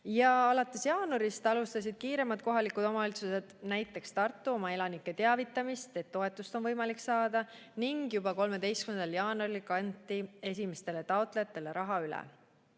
Alates jaanuarist alustasid kiiremad kohalikud omavalitsused, näiteks Tartu, oma elanike teavitamist, et on võimalik toetust saada, ning juba 13. jaanuaril kanti esimestele taotlejatele raha üle.